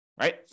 right